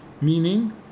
meaning